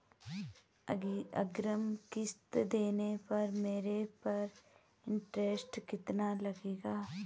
अग्रिम किश्त देने पर मेरे पर इंट्रेस्ट कितना लगेगा?